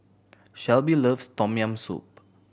Shelby loves Tom Yam Soup